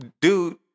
dude